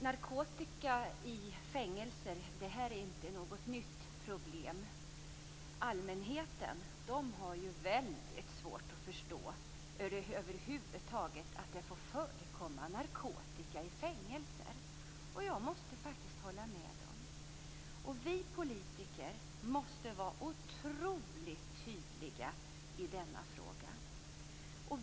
Narkotika i fängelser är inget nytt problem. Allmänheten har väldigt svårt att förstå att det över huvud taget får förekomma narkotika i fängelser. Och jag måste faktiska hålla med om det. Vi politiker måste vara otroligt tydliga i denna fråga.